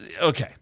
Okay